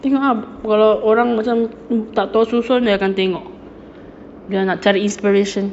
tengok ah kalau orang macam tak tahu susun dia akan tengok dia nak cari inspiration